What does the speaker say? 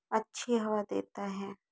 अच्छी हवा देता है